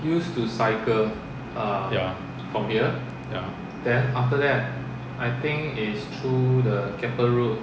ya